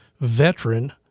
veteran